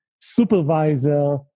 supervisor